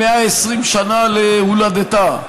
120 שנה להולדתה,